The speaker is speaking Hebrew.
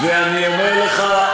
ואני אומר לך,